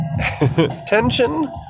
tension